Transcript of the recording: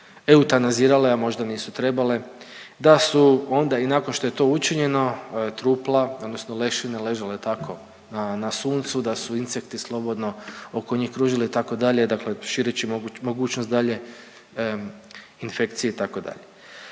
eutanazirale, a možda nisu trebale, da su onda i nakon što je to učinjeno trupla, odnosno lešine ležale tako na suncu, da su insekti slobodno oko njih kružili itd., dakle šireći mogućnost dalje infekcije itd.